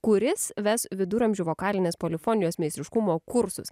kuris ves viduramžių vokalinės polifonijos meistriškumo kursus